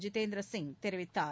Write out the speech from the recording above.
ஜிதேந்திர சிங் தெரிவித்தார்